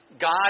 God